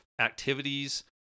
activities